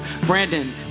Brandon